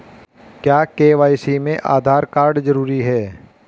क्या के.वाई.सी में आधार कार्ड जरूरी है?